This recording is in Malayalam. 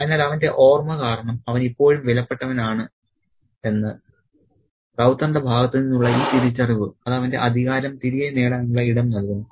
അതിനാൽ അവന്റെ ഓർമ്മ കാരണം അവൻ ഇപ്പോഴും വിലപ്പെട്ടവനാണ് എന്ന് റൌത്തറിന്റെ ഭാഗത്ത് നിന്നുള്ള ഈ തിരിച്ചറിവ് അത് അവന്റെ അധികാരം തിരികെ നേടാനുള്ള ഇടം നൽകുന്നു